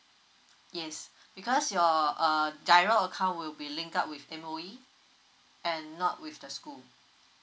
yes because your uh GIRO account will be linked up with M_O_E and not with the school